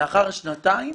לאחר שנתיים,